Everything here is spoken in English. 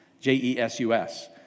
J-E-S-U-S